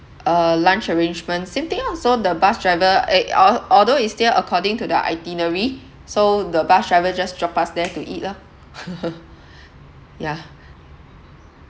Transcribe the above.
uh lunch arrangements same thing orh so the bus driver eh al~ although it's still according to the itinerary so the bus driver just dropped us there to eat lah yeah